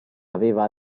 aveva